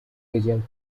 region